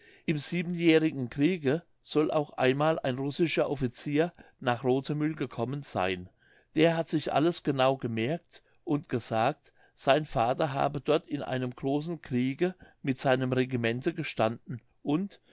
im siebenjährigen kriege soll auch einmal ein russischer offizier nach rothemühl gekommen seyn der hat sich alles genau gemerkt und gesagt sein vater habe dort in einem großen kriege mit seinem regimente gestanden und